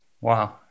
wow